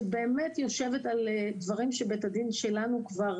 שיושבת על דברים שבית הדין שלנו כבר,